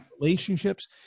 relationships